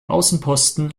außenposten